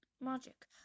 magic